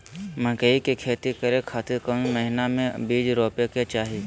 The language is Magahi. मकई के खेती करें खातिर कौन महीना में बीज रोपे के चाही?